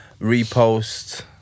repost